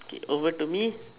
okay over to me